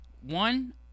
one